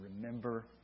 remember